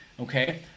Okay